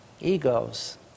egos